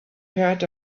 heard